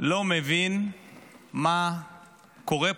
לא מבין מה קורה פה.